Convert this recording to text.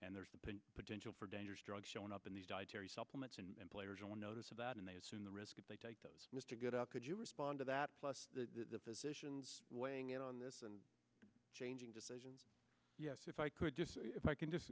and there's the potential for dangerous drugs showing up in these dietary supplements and players on notice of that and they assume the risk they take those mr good out could you respond to that plus the physicians weighing in on this and changing decision if i could if i can just